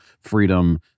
freedom